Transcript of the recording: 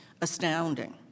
astounding